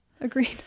Agreed